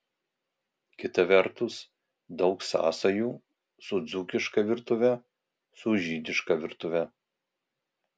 kita vertus daug sąsajų su dzūkiška virtuve su žydiška virtuve